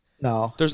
No